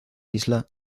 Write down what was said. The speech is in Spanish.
isla